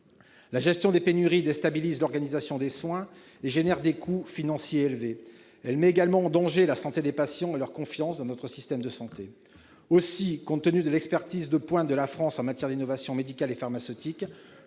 La gestion des pénuries déstabilise l'organisation des soins et génère des coûts financiers élevés. Elle met également en danger la santé des patients et leur confiance dans notre système de santé. Aussi, compte tenu de l'expertise de pointe de la France en matière d'innovation médicale et pharmaceutique,